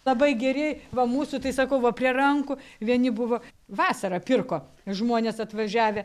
labai geri va mūsų tai sakau va prie rankų vieni buvo vasarą pirko žmonės atvažiavę